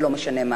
ולא משנה מה.